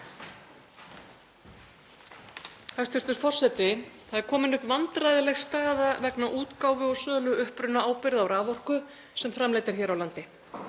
Það er komin upp vandræðaleg staða vegna útgáfu og sölu upprunaábyrgða á raforku sem framleidd er hér á landi.